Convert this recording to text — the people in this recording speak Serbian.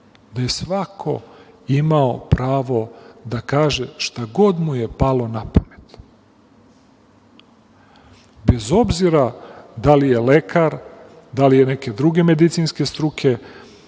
da je svako imao pravo da kaže šta god mu je palo na pamet, bez obzira da li je lekar, da li je neke druge medicinske struke,